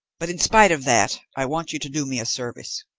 but in spite of that, i want you to do me a service.